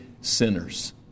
sinners